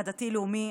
הדתי-לאומי,